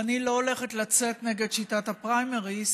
אני לא הולכת לצאת נגד שיטת הפריימריז,